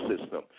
system